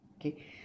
okay